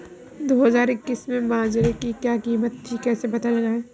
दो हज़ार इक्कीस में बाजरे की क्या कीमत थी कैसे पता लगाएँ?